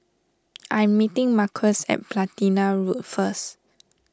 I'm meeting Marques at Platina Road first